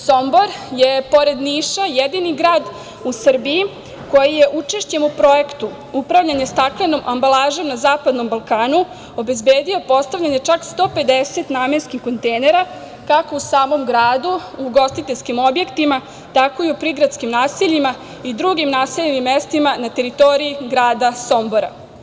Sombor je pored Niša jedini grad u Srbiji koji je učešćem u projektu upravljanje staklenom ambalažom na zapadnom Balkanu obezbedio postavljanje čak 150 namenskih kontejnera kako u samom gradu, u ugostiteljskim objektima tako i u prigradskim naseljima i drugim naseljenim mestima na teritoriji grada Sombora.